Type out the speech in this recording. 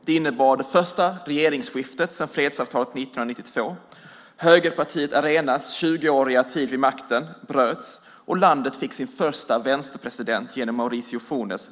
Det innebar det första regeringsskiftet sedan fredsavtalet 1992. Högerpartiet Arenas 20-åriga tid vid makten bröts, och landet fick sin första vänsterpresident någonsin genom Mauricio Funes.